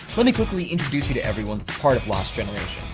let me quickly introduce you to everyone that's part of lost generation.